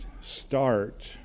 start